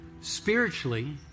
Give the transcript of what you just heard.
Spiritually